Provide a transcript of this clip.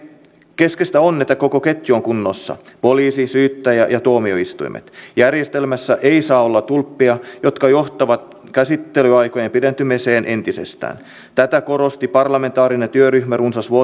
keskeistä on että koko ketju on kunnossa poliisi syyttäjä ja tuomioistuimet järjestelmässä ei saa olla tulppia jotka johtavat käsittelyaikojen pidentymiseen entisestään tätä korosti parlamentaarinen työryhmä runsas